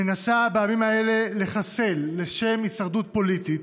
מנסה בימים האלה לחסל לשם הישרדות פוליטית,